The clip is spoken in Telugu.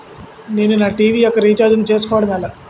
నేను నా టీ.వీ యెక్క రీఛార్జ్ ను చేసుకోవడం ఎలా?